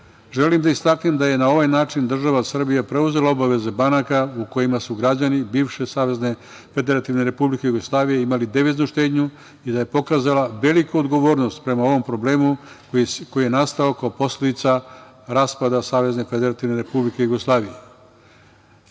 da istaknem da je na ovaj način država Srbija preuzela obaveze banaka u kojima su građani bivše SFRJ imali deviznu štednju i da je pokazala veliku odgovornost prema ovom problemu koji je nastao kao posledica raspada